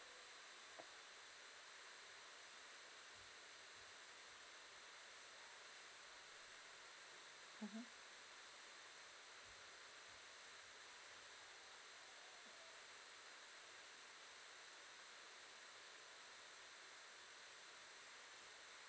mmhmm